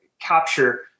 capture